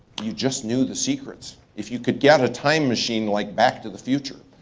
you just knew the secrets. if you could get a time machine like back to the future.